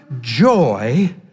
joy